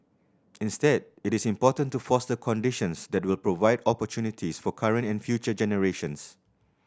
instead it is important to foster conditions that will provide opportunities for current and future generations